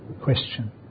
question